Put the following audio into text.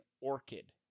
orchid